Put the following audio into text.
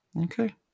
Okay